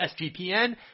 SGPN